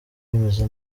bimeze